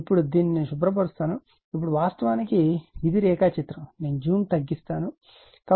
ఇప్పుడు దీనిని నేను శుభ్రపరుస్తాను ఇప్పుడు వాస్తవానికి ఇది రేఖాచిత్రం నేను జూమ్ను తగ్గిస్తాను